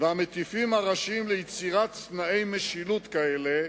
והמטיפים הראשיים ליצירת תנאי משילות כאלה,